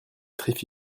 pouvait